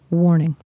Warning